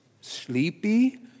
sleepy